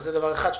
זה דבר אחד.